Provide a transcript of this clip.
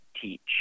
teach